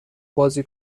بازی